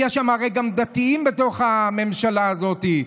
יש שם הרי גם דתיים בתוך הממשלה הזאת.